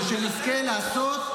ושנזכה לעשות,